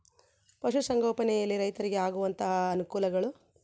ಪಶುಸಂಗೋಪನೆಯಲ್ಲಿ ರೈತರಿಗೆ ಆಗುವಂತಹ ಅನುಕೂಲಗಳು?